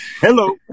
Hello